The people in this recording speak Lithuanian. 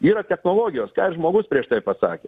yra technologijos ką ir žmogus prieš tai pasakė